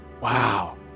wow